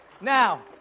Now